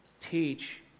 teach